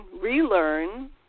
relearn